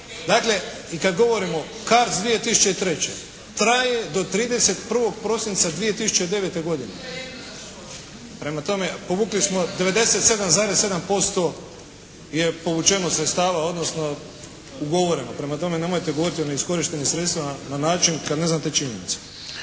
Dakle, kad govorimo CARDS 2003. traje do 31. prosinca 2009. godine. Prema tome, povukli smo 97,7% je povučeno sredstava odnosno ugovoreno. Prema tome, nemojte govoriti o neiskorištenim sredstvima na način kad ne znate činjenice.